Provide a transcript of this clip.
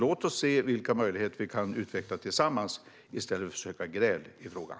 Låt oss se vilka möjligheter vi kan utveckla tillsammans i stället för att söka gräl i frågan!